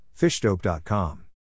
fishdope.com